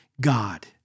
God